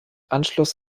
anschluss